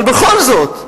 אבל בכל זאת,